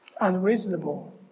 Unreasonable